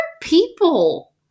people